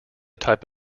type